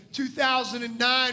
2009